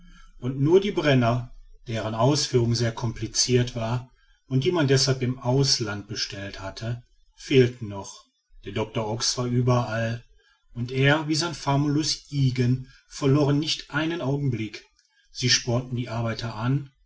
und nur die brenner deren ausführung sehr complicirt war und die man deshalb im auslands bestellt hatte fehlten noch der doctor ox war überall und er wie sein famulus ygen verloren nicht einen augenblick sie spornten die arbeiter an